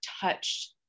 touched